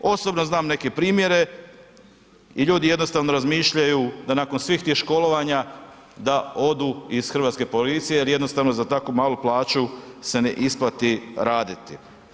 Osobno znam neke primjere i ljudi jednostavno razmišljaju, da nakon svih tih školovanja, da odu iz hrvatske policije jer jednostavno za tako malu plaću se ne isplati raditi.